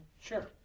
Sure